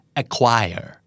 acquire